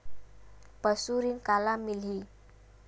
पशु ऋण काला मिलही?